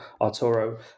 Arturo